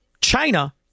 China